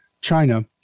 China